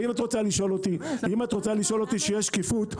אם את רוצה לשאול אותי איך יהיה שקיפות,